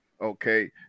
okay